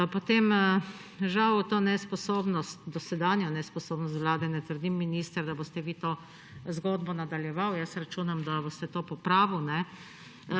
spremeniti. To nesposobnost, dosedanjo nesposobnost vlade, ne trdim, minister, da boste vi to zgodbo nadaljevali, jaz računam, da boste to popravili,